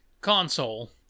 console